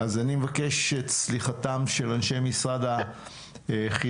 אני מבקש את סליחתם של אנשי משרד החינוך.